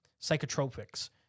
psychotropics